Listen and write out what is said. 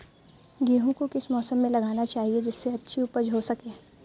गेहूँ को किस मौसम में लगाना चाहिए जिससे अच्छी उपज हो सके?